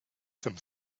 some